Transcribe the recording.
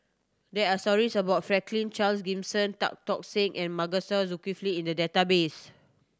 there are stories about Franklin Charles Gimson Tan Tock Seng and Masagos Zulkifli in the database